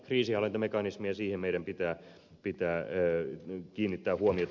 siihen meidän pitää kiinnittää huomiota